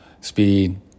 speed